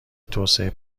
توسعه